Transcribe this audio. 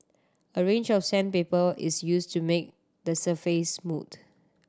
a range of sandpaper is used to make the surface smooth